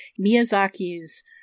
Miyazaki's